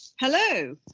Hello